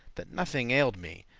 that nothing ailed me,